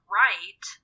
right